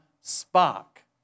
spark